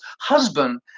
husband